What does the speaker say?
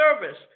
service